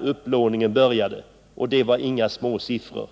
upplåningen började, och det var inga små siffror.